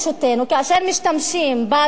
כאשר משתמשים באדמות,